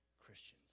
Christians